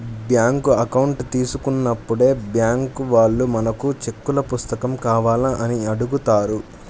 bank account తీసుకున్నప్పుడే bank వాళ్ళు మనకు చెక్కుల పుస్తకం కావాలా అని అడుగుతారు